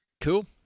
Cool